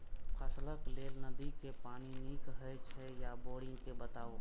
फसलक लेल नदी के पानी नीक हे छै या बोरिंग के बताऊ?